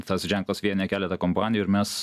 tas ženklas vienija keletą kompanijų ir mes